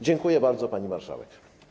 Dziękuję bardzo, pani marszałek.